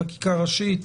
חקיקה ראשית,